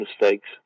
mistakes